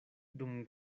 dum